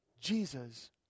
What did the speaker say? Jesus